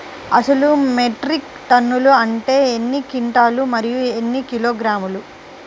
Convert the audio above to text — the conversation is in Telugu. అసలు మెట్రిక్ టన్ను అంటే ఎన్ని క్వింటాలు మరియు ఎన్ని కిలోగ్రాములు?